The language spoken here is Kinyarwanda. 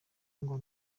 ngo